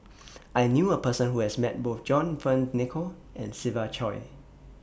I knew A Person Who has Met Both John Fearns Nicoll and Siva Choy